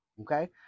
okay